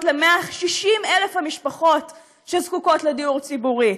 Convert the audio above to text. ל-160,000 המשפחות שזקוקות לדיור ציבורי.